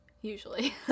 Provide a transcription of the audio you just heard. usually